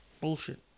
Bullshit